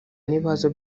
n’ibibazo